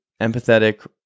empathetic